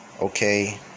Okay